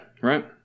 right